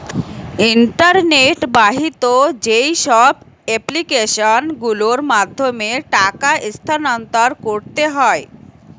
internet বাহিত যেইসব application গুলোর মাধ্যমে টাকা স্থানান্তর করতে হয়